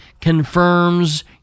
confirms